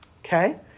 okay